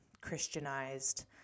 Christianized